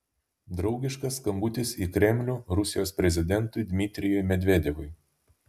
draugiškas skambutis į kremlių rusijos prezidentui dmitrijui medvedevui